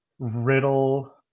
riddle